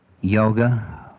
yoga